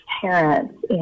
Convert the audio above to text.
parents